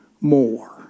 more